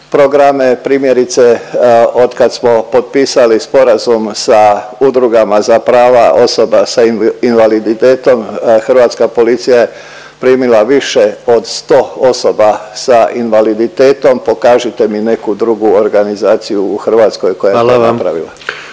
programe, primjerice od kad smo potpisali sporazum sa udrugama za prava osoba sa invaliditetom, Hrvatska policija je primila više od 100 osoba sa invaliditetom. Pokažite mi neku drugu organizaciju u Hrvatskoj koja je to napravila.